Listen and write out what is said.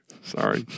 Sorry